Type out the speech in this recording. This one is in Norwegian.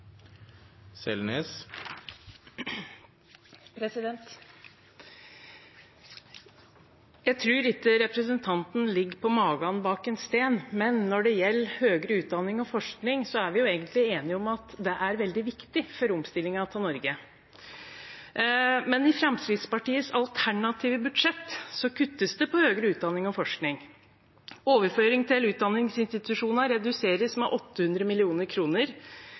Jeg tror ikke representanten ligger «på magan bak en sten», men når det gjelder høyere utdanning og forskning, er vi egentlig enige om at det er veldig viktig for omstillingen av Norge. I Fremskrittspartiets alternative budsjett kuttes det innen høyere utdanning og forskning. Overføringene til utdanningsinstitusjonene reduseres med 800